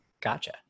Gotcha